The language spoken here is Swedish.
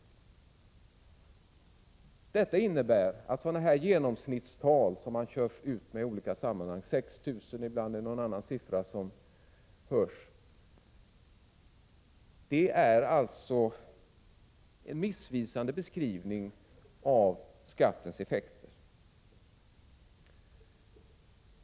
Detta innebär att sådana genomsnittstal som man för fram i olika sammanhang — 6 000 kr. och ibland är det något annat belopp som nämns — är en missvisande beskrivning av skattens effekter.